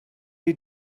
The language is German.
die